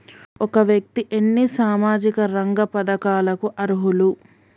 ఒక వ్యక్తి ఎన్ని సామాజిక రంగ పథకాలకు అర్హులు?